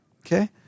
Okay